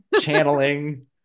Channeling